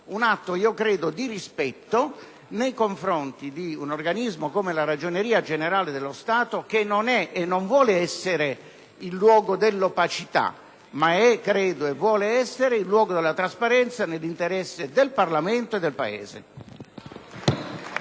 un atto di rispetto nei confronti di un organismo come la Ragioneria generale dello Stato, che non è e non vuole essere il luogo dell'opacità, ma credo che sia e voglia essere il luogo della trasparenza, nell'interesse del Parlamento e del Paese.